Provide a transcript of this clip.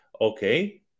okay